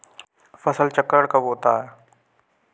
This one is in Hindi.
फसल चक्रण कब होता है?